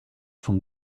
von